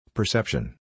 Perception